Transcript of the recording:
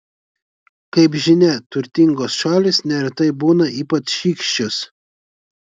kaip žinia turtingos šalys neretai būna ypač šykščios